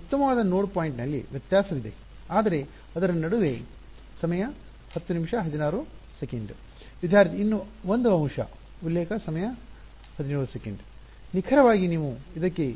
ಉತ್ತಮವಾದ ನೋಡ್ ಪಾಯಿಂಟ್ನಲ್ಲಿ ವ್ಯತ್ಯಾಸವಿದೆ ಆದರೆ ಅದರ ನಡುವೆ ವಿದ್ಯಾರ್ಥಿ ಇನ್ನೂ ಒಂದು ಅಂಶ ನಿಖರವಾಗಿ ನೀವು ಇದಕ್ಕೆ